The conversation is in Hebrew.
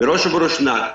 בראש וראשונה,